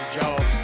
jobs